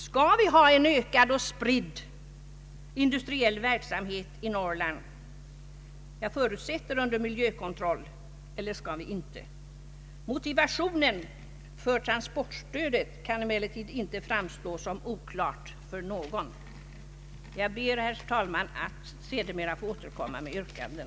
Skall vi ha en ökad och spridd industriell verksamhet i Norrland — jag förutsätter att den sker under miljökontroll — eller skall vi inte? Motiva Ang. regionalpolitiken tionen för transportstödet kan inte framstå som oklar för någon. Herr talman! Jag ber att sedermera få återkomma med yrkanden.